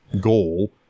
goal